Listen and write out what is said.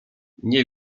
nie